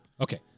Okay